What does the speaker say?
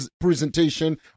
presentation